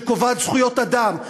שקובעת זכויות אדם,